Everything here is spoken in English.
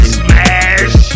smash